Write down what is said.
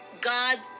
God